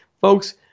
Folks